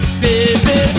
baby